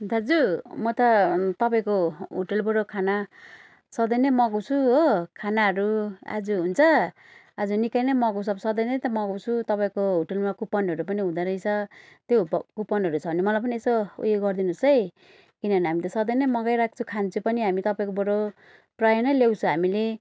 दाजु म त तपाईँको होटेलबाट खाना सधैँ नै मगाउँछु हो खानाहरू आज हुन्छ आज निकै नै मगाउँछु अब सधैँ नै त मगाउँछु तपाईँको होटेलमा कुपनहरू पनि हुँदो रहेछ त्यो हुप कुपनहरू छ भने मलाई पनि यसो उयो गरिदिनुहोस् है किनभने हामी त सधैँ नै मगाइराख्छु खान्छु पनि हामी तपाईँकोबाट प्रायः नै ल्याँउछ हामीले